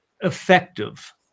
effective